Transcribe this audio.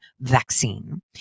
vaccine